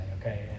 okay